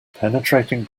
penetrating